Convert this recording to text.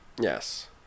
Yes